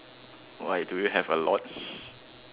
why do you have a lot